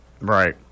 Right